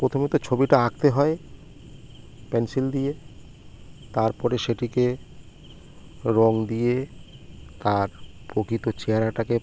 প্রথমত ছবিটা আঁকতে হয় পেনসিল দিয়ে তারপরে সেটিকে রঙ দিয়ে তার প্রকৃত চেহারাটাকে